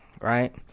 right